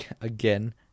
again